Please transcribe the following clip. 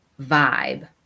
vibe